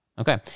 Okay